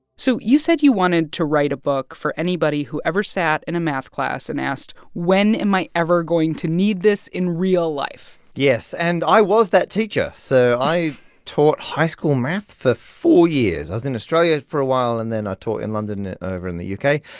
so you said you wanted to write a book for anybody who ever sat in and a math class and asked, when am i ever going to need this in real life? yes. and i was that teacher. so i taught high school math for four years. i was in australia for a while, and then i ah taught in london over in the u k.